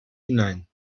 hinein